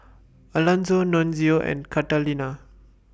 Alanzo Nunzio and Catalina